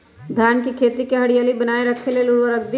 धान के खेती की हरियाली बनाय रख लेल उवर्रक दी?